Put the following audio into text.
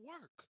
work